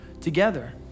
together